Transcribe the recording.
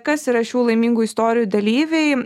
kas yra šių laimingų istorijų dalyviai